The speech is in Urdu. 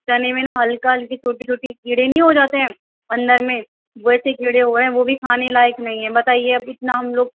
چنّے میں نہ ہلکا ہلکی چھوٹی چھوٹی کیڑے نہیں ہو جاتے ہیں اندر میں ویسے کیڑے ہوئے ہیں وہ بھی کھانے لائق نہیں ہے بتائیے اب اتنا ہم لوگ